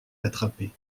attrapé